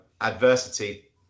adversity